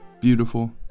beautiful